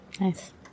Nice